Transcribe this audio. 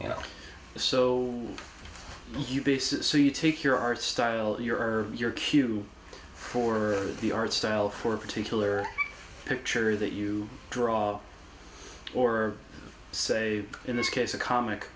you know so so you take your art style and your or your cue for the art style for a particular picture that you draw or say in this case a comic